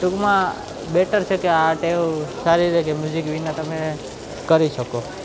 ટૂંકમાં બેટર છે કે આ ટેવ સારી છે કે મ્યુજિક વિના તમે કરી શકો